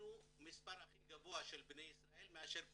אנחנו מספר הכי גבוה של בני ישראל מאשר קוצ'ינים.